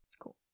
Cool